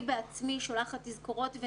אני בעצמי שולחת תזכורות,